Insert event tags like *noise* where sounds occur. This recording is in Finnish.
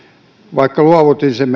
vaikka luovutimme sen *unintelligible*